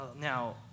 Now